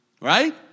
right